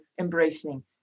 embracing